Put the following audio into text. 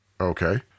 Okay